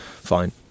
fine